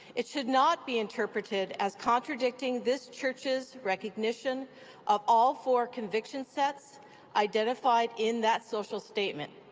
it should not be interpreted as contradicting this church's recognition of all four conviction sets identified in that social statement.